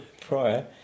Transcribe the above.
prior